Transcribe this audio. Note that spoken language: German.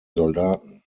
soldaten